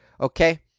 Okay